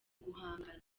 guhangana